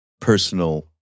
personal